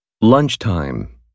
lunchtime